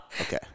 Okay